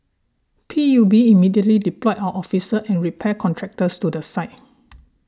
P U B immediately deployed our officers and repair contractors to the site